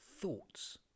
thoughts